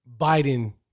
Biden